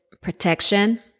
protection